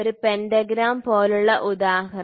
ഒരു പെന്റഗ്രാം പോലുള്ള ഉദാഹരണം